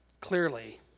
clearly